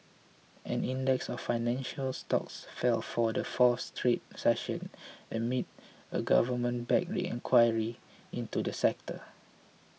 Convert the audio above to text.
an index of financial stocks fell for the fourth straight session amid a government backed inquiry into the sector